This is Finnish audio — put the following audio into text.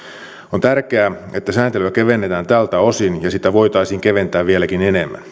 on tärkeää että sääntelyä kevennetään tältä osin ja sitä voitaisiin keventää vieläkin enemmän